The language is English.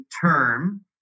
term